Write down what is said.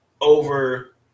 over